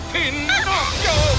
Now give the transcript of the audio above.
Pinocchio